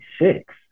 six